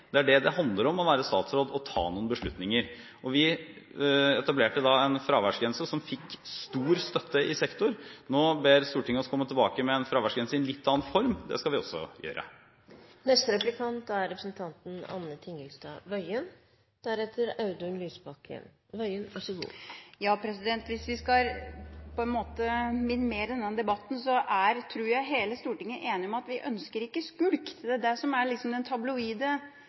Det er det det handler om å være statsråd – å ta noen beslutninger. Vi etablerte en fraværsgrense som fikk stor støtte i sektoren. Nå ber Stortinget oss om å komme tilbake med en fraværsgrense i en litt annen form. Det skal vi også gjøre. Hvis vi skal på en måte minimere denne debatten, tror jeg hele Stortinget er enige om at vi ønsker ikke skulk. Det er det som er den tabloide